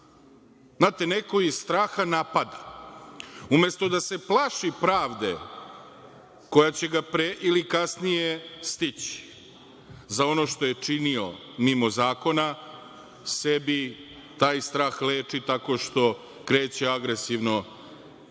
Znate, neko iz straha napada. Umesto da se plaši pravde koja će ga pre ili kasnije stići za ono što je činio mimo zakona, sebi taj strah leči tako što kreće agresivno